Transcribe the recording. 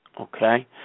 Okay